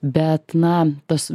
bet na tas